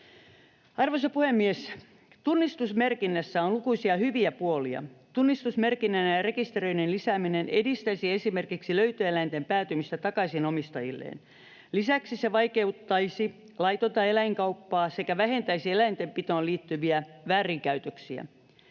Arvoisa puhemies! Tunnistusmerkinnässä on lukuisia hyviä puolia. Tunnistusmerkinnän ja rekisteröinnin lisääminen edistäisi esimerkiksi löytöeläinten päätymistä takaisin omistajilleen. Lisäksi se vaikeuttaisi laitonta eläinkauppaa sekä vähentäisi eläintenpitoon liittyviä väärinkäytöksiä.